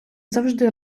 завжди